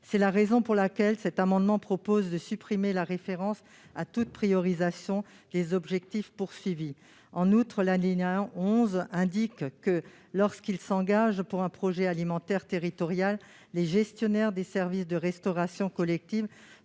c'est la raison pour laquelle cet amendement vise à supprimer toute référence à une priorisation des objectifs visés. En outre, l'alinéa 11 indique que, lorsqu'ils s'engagent dans la formalisation d'un projet alimentaire territorial, les gestionnaires des services de restauration collective